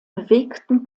bewegten